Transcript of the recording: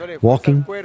Walking